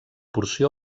porció